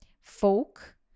folk